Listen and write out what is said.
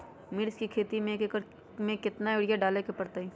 मिर्च के खेती में एक एकर में कितना यूरिया डाले के परतई?